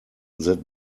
that